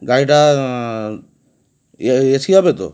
গাড়িটা এ এসি হবে তো